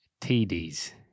TDs